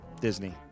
Disney